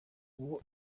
ubu